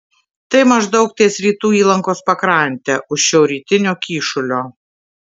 tai maždaug ties rytų įlankos pakrante už šiaurrytinio kyšulio